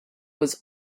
was